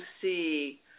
see